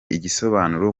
igisobanuro